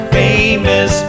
famous